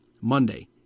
Monday